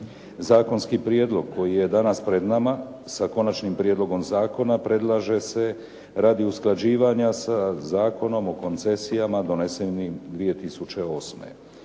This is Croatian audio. Zakonski prijedlog koji je danas pred nama sa konačnim prijedlogom zakona predlaže se radi usklađivanja sa Zakonom o koncesijama donesenim 2008.